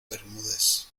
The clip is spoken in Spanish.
bermúdez